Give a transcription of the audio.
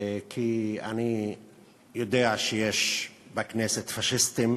כי אני יודע שיש בכנסת פאשיסטים